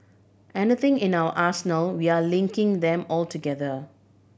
anything in our arsenal we're linking them all together